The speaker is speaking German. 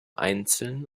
einzeln